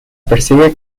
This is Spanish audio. persigue